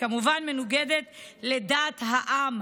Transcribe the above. כמובן מנוגדת לדעת העם.